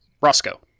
Roscoe